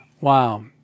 Wow